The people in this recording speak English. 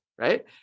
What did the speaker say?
right